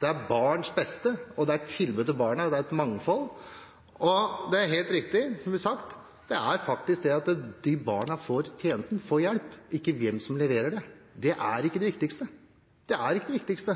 barna – barns beste, at det er tilbud til barna, og at det er et mangfold. Det er helt riktig, som det ble sagt, at det viktigste er at barna får hjelp, ikke hvem som leverer tjenesten, – det er ikke det viktigste.